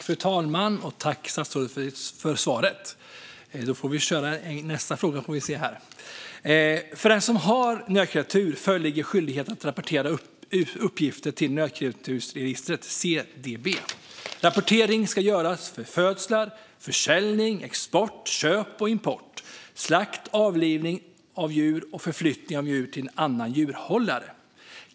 Fru talman! Vi kör på med nästa interpellationsdebatt här, och jag tackar statsrådet för svaret. För den som har nötkreatur föreligger skyldighet att rapportera uppgifter till nötkreatursregistret, CDB. Rapportering ska göras vid födslar, försäljning, export, köp, import, slakt, avlivning av djur och förflyttning av djur till en annan djurhållare.